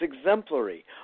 exemplary